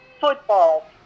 football